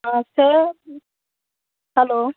आं तें हालो